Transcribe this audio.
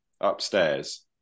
upstairs